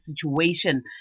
situation